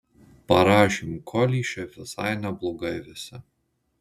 parašėm kolį šiaip visai neblogai visi